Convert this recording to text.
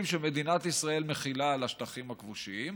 שמדינת ישראל מחילה על השטחים הכבושים,